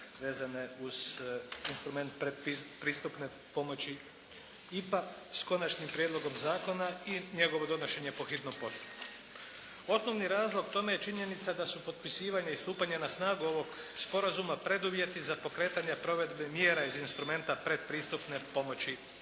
vezane uz instrument pretpristupne pomoći (IPA), s Konačnim prijedlogom zakona i njegovo donošenje po hitnom postupku. Osnovni razlog tome je činjenica da su potpisivanje i stupanje na snagu ovog sporazuma preduvjeti za pokretanje provedbe mjera iz instrumenta pretpristupne pomoći IPA.